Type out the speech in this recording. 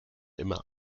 immer